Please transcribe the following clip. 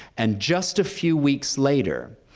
and just a few weeks later,